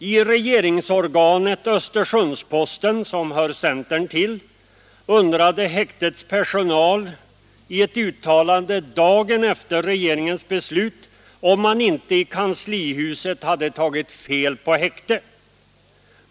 I regeringsorganet Östersunds-Posten, som hör centern till, undrade hiäktets personal i ett uttalande dagen efter regeringens beslut om inte vederbörande i kanslihuset hade tagit fel på häkte.